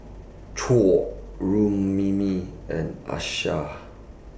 Choor Rukmini and Akshay